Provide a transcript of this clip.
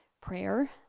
prayer